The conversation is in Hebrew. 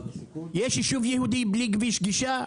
יש יישוב בלי כביש גישה?